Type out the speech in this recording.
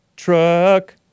truck